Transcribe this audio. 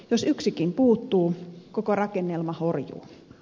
jos yksikin puuttuu koko rakennelma horjuu